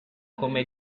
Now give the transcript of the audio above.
come